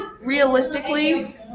realistically